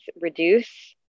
reduce